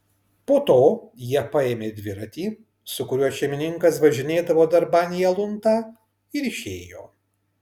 po to jie paėmė dviratį su kuriuo šeimininkas važinėdavo darban į aluntą ir išėjo